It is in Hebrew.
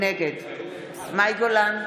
נגד מאי גולן,